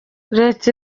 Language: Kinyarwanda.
leta